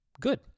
Good